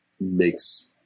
makes